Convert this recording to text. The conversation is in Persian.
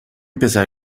پسر